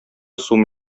сум